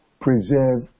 preserve